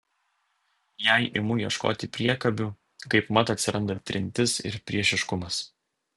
jei imu ieškoti priekabių kaipmat atsiranda trintis ir priešiškumas